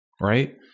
right